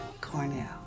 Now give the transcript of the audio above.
Cornell